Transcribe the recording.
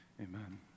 amen